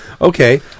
Okay